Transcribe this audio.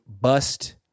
bust